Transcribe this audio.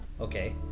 Okay